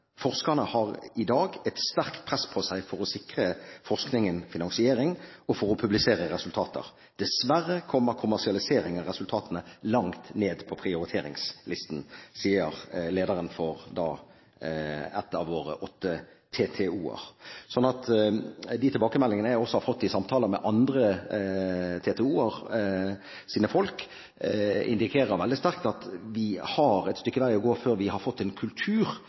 Forskerne har i dag et sterkt press på seg for å sikre forskningen finansiering og for å publisere resultater. Dessverre kommer kommersialisering av resultater langt ned på prioriteringslisten.» Det sier lederen for en av våre åtte TTO-er. De tilbakemeldingene jeg også har fått i samtale med folk fra andre TTO-er, indikerer veldig sterkt at vi har et stykke vei å gå før vi har fått en kultur